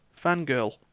fangirl